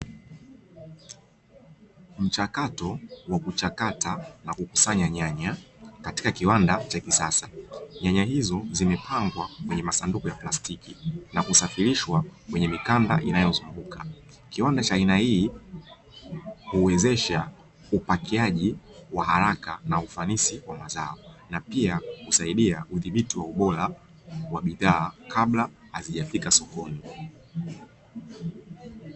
Mchakato wa kuchakata na kukusanya nyanya katika kiwanda cha kisasa. Nyanya hizo zimepangwa kwenye masanduku ya plastiki na kusafirishwa kwenye mikanda inayozunguka. Kiwanda cha aina hii huwezesha upakiaji wa haraka na ufanisi wa mazao na pia husaidia udhibiti wa ubora wa bidhaa kabla hazijafika sokoni.